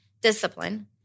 discipline